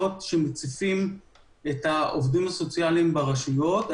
שמציפות את העובדים הסוציאליים ברשויות.